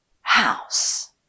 house